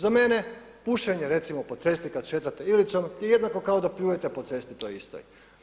Za mene pušenje recimo po cesti kada šetate Ilicom je jednako kao da pljujete po cesti toj istoj.